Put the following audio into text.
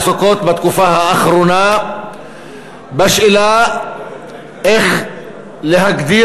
עסוקות בתקופה האחרונה בשאלה איך להגדיר